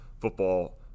football